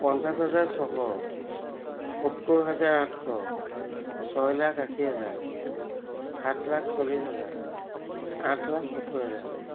পঞ্চাছ হাজাৰ ছশ সত্তৰ হাজাৰ আঠশ ছয় লাখ আশী হেজাৰ সাত লাখ চল্লিছ হাজাৰ আঠ লাখ সত্তৰ হাজাৰ